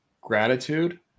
gratitude